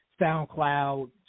SoundCloud